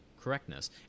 correctness